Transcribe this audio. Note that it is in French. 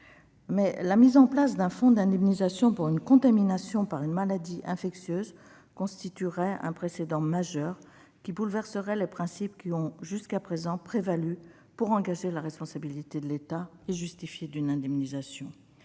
La mise en place d'un fonds d'indemnisation pour une contamination par une maladie infectieuse constituerait un précédent majeur qui bouleverserait les principes ayant jusqu'à présent prévalu pour engager la responsabilité de l'État et justifier d'une indemnisation.